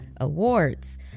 awards